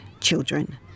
children